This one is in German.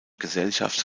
gesellschaft